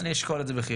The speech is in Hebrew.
אני אשקול את זה בחיוב.